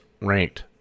ranked